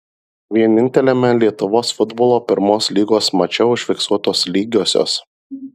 vieninteliame lietuvos futbolo pirmos lygos mače užfiksuotos lygiosios